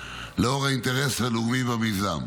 לאור האינטרס הלאומי במיזם.